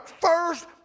first